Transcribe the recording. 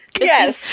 yes